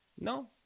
No